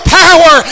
power